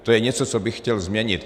To je něco, co bych chtěl změnit.